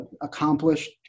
accomplished